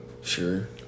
Sure